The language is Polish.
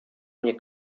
mnie